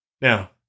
Now